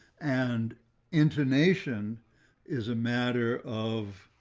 and intonation is a matter of